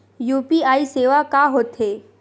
UPI सेवा का होथे?